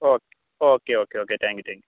okay okay okay okay thank you thank you